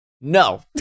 No